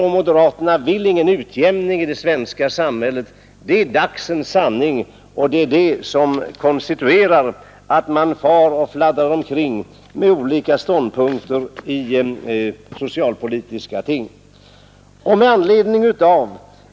Moderaterna vill ingen utjämning i det svenska samhället — det är dagsens sanning — och det är det som konstituerar grunden till att man fladdrar omkring med olika ståndpunkter i socialpolitiska sammanhang.